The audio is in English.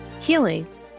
healing